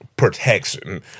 protection